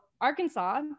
Arkansas